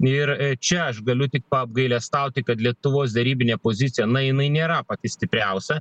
ir čia aš galiu tik apgailestauti kad lietuvos derybinė pozicija na jinai nėra pati stipriausia